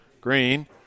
Green